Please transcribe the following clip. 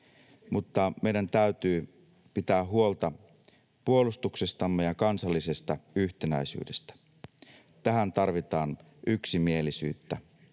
mutta meidän täytyy pitää huolta puolustuksestamme ja kansallisesta yhtenäisyydestä. Tähän tarvitaan yksimielisyyttä.